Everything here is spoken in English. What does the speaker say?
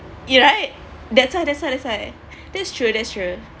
you're right that's why that's why that's why that's true that's true